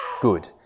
good